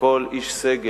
שכל איש סגל,